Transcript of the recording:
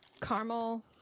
caramel